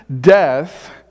death